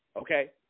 Okay